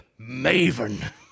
Maven